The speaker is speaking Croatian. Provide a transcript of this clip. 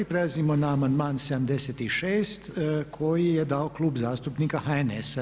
Prelazimo na amandman 76. koji je dao Klub zastupnika HNS-a.